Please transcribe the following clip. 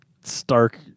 Stark